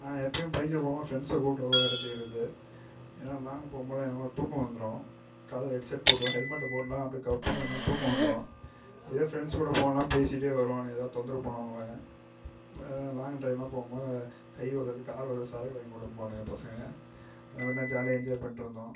நான் எப்பையும் பைக்கில் போகும்போது ஃப்ரெண்ட்ஸை கூப்பிட்டு ஏன்னால் லாங் போகும்போதெலாம் தூக்கம் வந்துடும் காதில் ஹெட்செட் போட்டுருவேன் ஹெல்மெட்டை போட்டேனா அப்படியே கப்புனு தூக்கம் வந்துடும் அதே ஃப்ரெண்ட்ஸ் கூட போனால் பேசிகிட்டே வருவானுவோ ஏதாவுது தொந்தரவு பண்ணுவானுவோ லாங் டிரைவ்லாம் போகும்போது அது கை உதர்றது கால் உதர்றது சரக்கு வாங்கி கொடுன்னுபானுங்க பசங்கள் ஜாலியாக என்ஜாய் பண்ணிட்டு இருந்தோம்